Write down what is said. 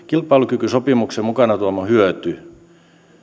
kilpailukykysopimuksen mukanaan tuoma hyöty